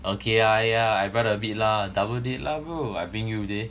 okay ah !aiya! I run a bit lah double date lah bro I bring you there